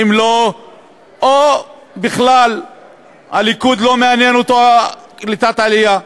או שבכלל הליכוד, לא מעניינת אותו קליטת עלייה.